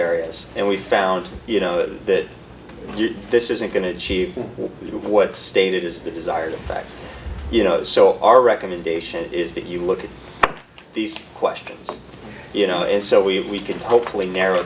areas and we found you know that this isn't going to achieve what state it is the desired effect you know so our recommendation is that you look at these questions you know it's so we can hopefully narrow